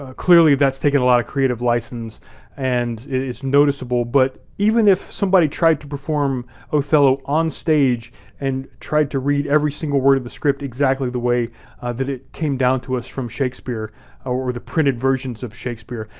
ah clearly that's taking a lot of creative license and it's noticeable, but even if somebody tried to perform othello on stage and tried to read every single word of the script exactly the way that it came down to us from shakespeare or the printed versions of shakespeare,